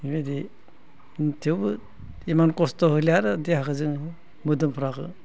बेबायदि थेवबो इमान खस्थ' होलिया आरो देहाखौ आरो जोङो मोदोमफोरखौ